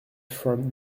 from